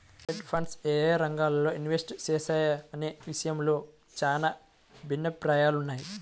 hedge funds యేయే రంగాల్లో invest చేస్తాయనే విషయంలో చానా భిన్నాభిప్రాయాలున్నయ్